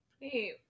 Hey